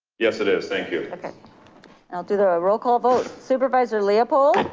yes, it is, thank you. okay i'll do the roll call vote, supervisor leopold?